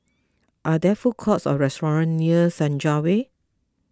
are there food courts or restaurants near Senja Way